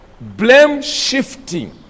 blame-shifting